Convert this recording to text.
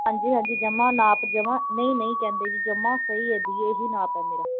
ਹਾਂਜੀ ਹਾਂਜੀ ਜਮਾਂ ਨਾਪ ਜਮਾਂ ਨਹੀਂ ਨਹੀਂ ਕਹਿੰਦੇ ਜੀ ਜਮਾਂ ਸਹੀ ਹੈ ਜੀ ਇਹ ਹੀ ਨਾਪ ਹੈ ਮੇਰਾ